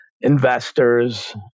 investors